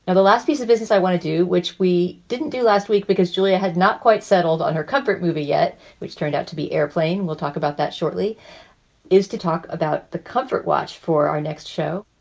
and the last piece of business i want to do, which we didn't do last week because julia had not quite settled on her comfort movie yet, which turned out to be airplane. we'll talk about that shortly is to talk about the comfort. watch for our next show.